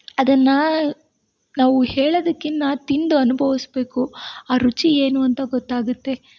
ಅದನ್ನು ನಾವು ಹೇಳೋದಕ್ಕಿನ್ನ ತಿಂದು ಅನುಭವಿಸ್ಬೇಕು ಆ ರುಚಿ ಏನು ಅಂತ ಗೊತ್ತಾಗುತ್ತೆ